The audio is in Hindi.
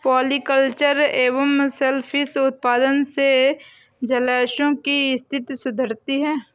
पॉलिकल्चर एवं सेल फिश उत्पादन से जलाशयों की स्थिति सुधरती है